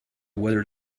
weather